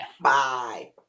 Bye